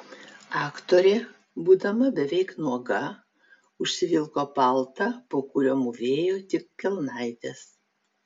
aktorė būdama beveik nuoga užsivilko paltą po kuriuo mūvėjo tik kelnaites